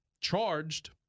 charged